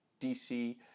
DC